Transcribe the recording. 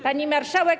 Pani Marszałek!